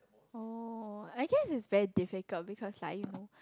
oh I guess it's very difficult because like you know